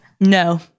No